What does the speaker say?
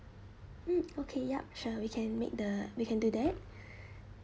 mm okay yup sure we can make the we can do that